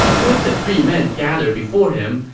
with the three men gathered before him,